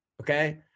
Okay